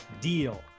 deal